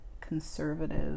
conservative